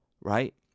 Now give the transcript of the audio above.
Right